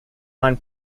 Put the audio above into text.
nine